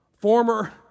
former